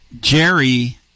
Jerry